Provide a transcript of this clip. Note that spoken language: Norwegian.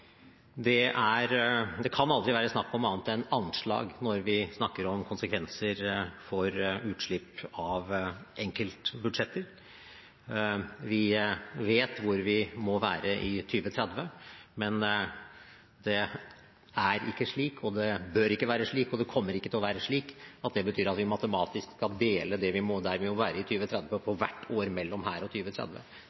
Det kan aldri være snakk om annet enn anslag når vi snakker om konsekvenser for utslipp av enkeltbudsjetter. Vi vet hvor vi må være i 2030, men det er ikke slik – og det bør ikke være slik, og det kommer ikke til å være slik – at det betyr at vi matematisk skal dele der vi må være i 2030, på